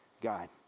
God